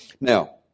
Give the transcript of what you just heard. Now